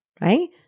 right